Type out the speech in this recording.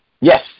Yes